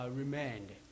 remained